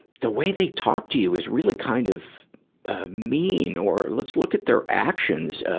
the way they talk to you is really kind of mean, or let's look at their actions,